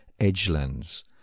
edgelands